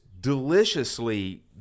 deliciously